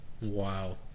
Wow